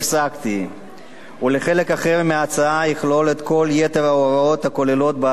וחלק אחר מההצעה יכלול את יתר ההוראות הכלולות בהצעת החוק המקורית,